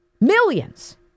millions